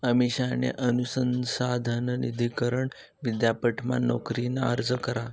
अमिषाने अनुसंधान निधी करण विद्यापीठमा नोकरीना अर्ज करा